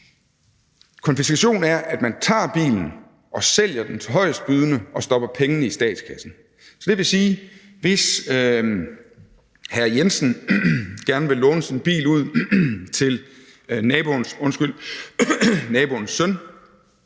Konfiskation er, at man tager bilen og sælger den til højest bydende og stopper pengene i statskassen. Det vil sige, at hvis hr. Jensen gerne vil låne sin bil ud til naboens søn,